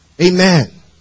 Amen